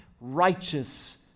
righteous